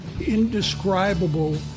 indescribable